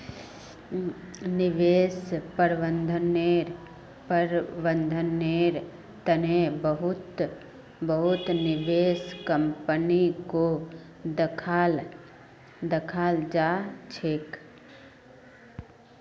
निवेश प्रबन्धनेर तने बहुत निवेश कम्पनीको दखाल जा छेक